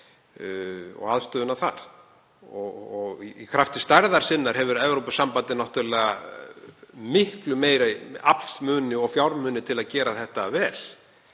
og aðstöðuna þar. Í krafti stærðar sinnar hefur Evrópusambandið náttúrlega miklu meiri aflsmuni og fjármuni til að gera þetta vel.